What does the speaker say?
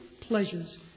pleasures